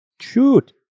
Shoot